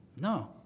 No